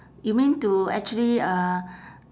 you mean to actually uh